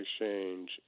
exchange